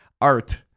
art